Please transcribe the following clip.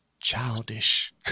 childish